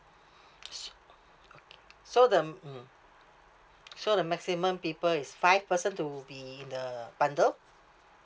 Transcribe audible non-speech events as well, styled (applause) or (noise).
(breath) so oh okay so the um mm so the maximum people is five person to be in the bundle